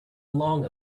along